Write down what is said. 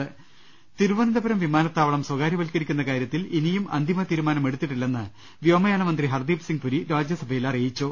്്്്്്്്്് തിരുവനന്തപുരം വിമാനത്താവളം സ്വകാര്യവൽക്കരിക്കുന്ന കാര്യ ത്തിൽ ഇനിയും അന്തിമ തീരുമാനമെടുത്തിട്ടില്ലെന്ന് വ്യോമയാന മന്ത്രി ഹർദീപ് സിംഗ് പുരി രാജ്യസഭയിൽ അറിയിച്ചു